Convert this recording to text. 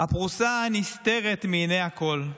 הפרוסה הנסתרת מעיני כול,